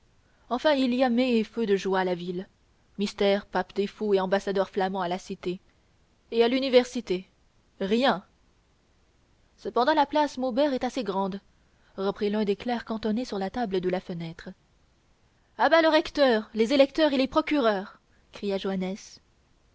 enfin il y a mai et feu de joie à la ville mystère pape des fous et ambassadeurs flamands à la cité et à l'université rien cependant la place maubert est assez grande reprit un des clercs cantonnés sur la table de la fenêtre à bas le recteur les électeurs et les procureurs cria joannes